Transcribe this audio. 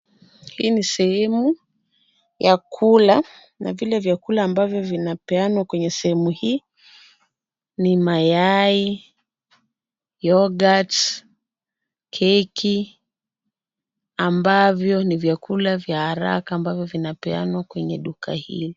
Hii ni sehemu ya kula na kile vyakula ambavyo vinapeanwa kwenye sehemu hii ni mayai, yoghurt ,keki ambavyo ni vyakula vya haraka ambavyo vinapeanwa kwenye duka hili.